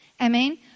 Amen